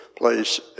Place